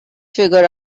figure